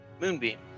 Moonbeam